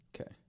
Okay